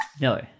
No